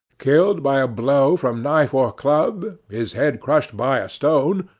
killed by a blow from knife or club, his head crushed by a stone,